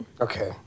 Okay